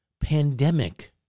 pandemic